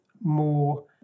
more